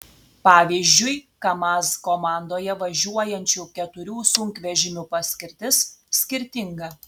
pavyzdžiui kamaz komandoje važiuojančių keturių sunkvežimių paskirtis skirtinga